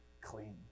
clean